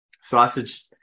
Sausage